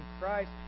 Christ